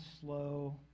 slow